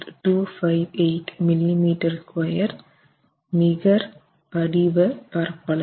258 mm2 நிகர் படிவ பரப்பளவு